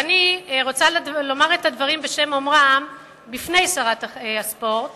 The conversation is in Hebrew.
ואני רוצה לומר את הדברים בשם אומרם בפני שרת הספורט